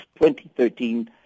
2013